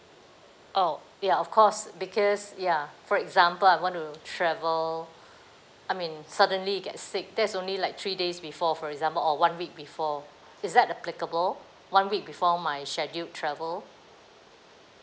oh ya of course because ya for example I want to travel I mean suddenly you get sick there's only like three days before for example or one week before is that applicable one week before my scheduled travel